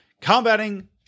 combating